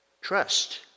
trust